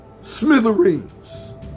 Smithereens